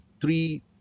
three